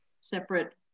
separate